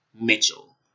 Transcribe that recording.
Mitchell